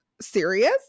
serious